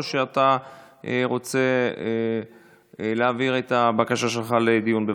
או שאתה רוצה להעביר את הבקשה שלך לדיון בוועדה?